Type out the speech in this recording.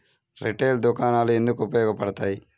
Retail దుకాణాలు ఎందుకు ఉపయోగ పడతాయి?